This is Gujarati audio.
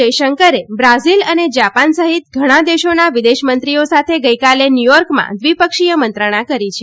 જયશંકરે બ્રાઝીલ અને જાપાન સહિત ઘણાં દેશોના વિદેશમંત્રીઓ સાથે ગઈકાલે ન્યુયોર્કમાં દ્વિપક્ષીય મંત્રણા કરી છે